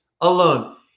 alone